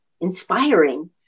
inspiring